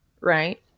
right